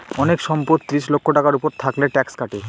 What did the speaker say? অনেক সম্পদ ত্রিশ লক্ষ টাকার উপর থাকলে ট্যাক্স কাটে